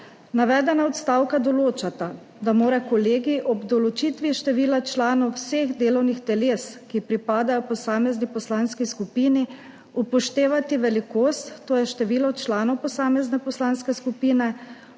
Navedena odstavka določata, da mora kolegij ob določitvi števila članov vseh delovnih teles, ki pripadajo posamezni poslanski skupini, upoštevati velikost, to je število članov posamezne poslanske skupine,